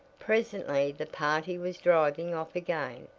presently the party was driving off again,